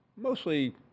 mostly